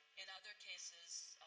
in other cases,